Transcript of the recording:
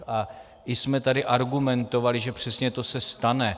A i jsme tady argumentovali, že přesně to se stane.